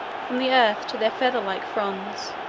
from the earth to their feather-like fronds,